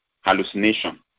hallucination